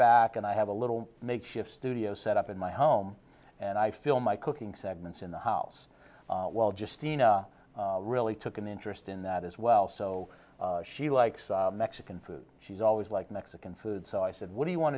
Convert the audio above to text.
back and i have a little makeshift studio set up in my home and i feel my cooking segments in the house well just seen a really took an interest in that as well so she likes mexican food she's always like mexican food so i said what do you want